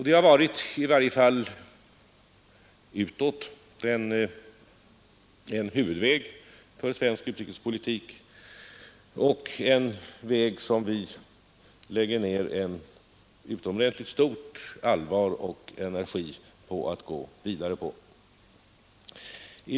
Det har varit en huvudväg för svensk utrikespolitik och en väg som vi lägger ned ett utomordentligt stort mått av allvar och energi för att gå vidare på.